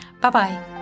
Bye-bye